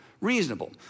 reasonable